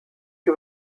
you